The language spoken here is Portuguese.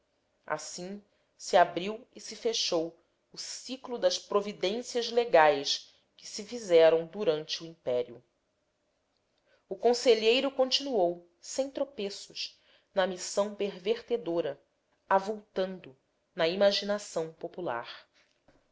assim se abriu e se fechou o ciclo das providências legais que se fizeram durante o império mais lendas o conselheiro continuou sem tropeços na missão pervertedora avultando na imaginação popular